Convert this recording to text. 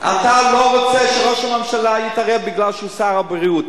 אתה לא רוצה שראש הממשלה יתערב מפני שהוא שר הבריאות,